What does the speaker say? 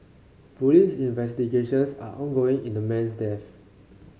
police investigations are ongoing in the man's death